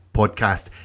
podcast